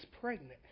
pregnant